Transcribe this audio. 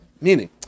meaning